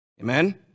Amen